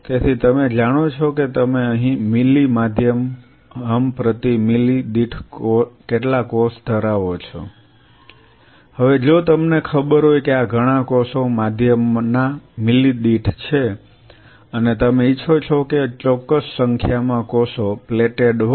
તેથી તમે જાણો છો કે તમે અહીં મિલી માધ્યમ હમ પ્રતિ મિલી દીઠ કેટલા કોષો ધરાવો છો હવે જો તમને ખબર હોય કે આ ઘણા કોષો માધ્યમના મિલી દીઠ છે અને તમે ઇચ્છો છો કે ચોક્કસ સંખ્યામાં કોષો પ્લેટેડ હોય